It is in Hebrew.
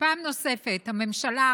פעם נוספת הממשלה,